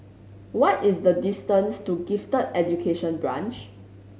what is the distance to Gifted Education Branch